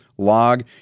log